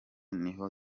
niho